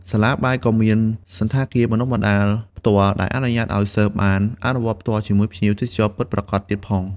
សាលាបាយក៏មានសណ្ឋាគារបណ្តុះបណ្តាលផ្ទាល់ ដែលអនុញ្ញាតឱ្យសិស្សបានអនុវត្តផ្ទាល់ជាមួយភ្ញៀវទេសចរណ៍ពិតប្រាកដទៀតផង។